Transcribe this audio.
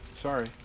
Sorry